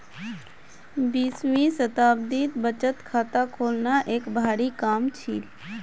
बीसवीं शताब्दीत बचत खाता खोलना एक भारी काम छील